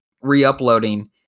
re-uploading